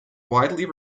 widely